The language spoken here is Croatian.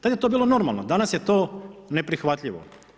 Tada je to bilo normalno, danas je to neprihvatljivo.